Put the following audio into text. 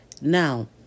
Now